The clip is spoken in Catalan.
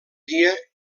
dia